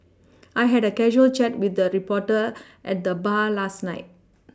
I had a casual chat with a reporter at the bar last night